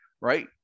right